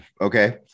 okay